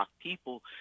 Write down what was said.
people